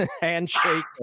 handshake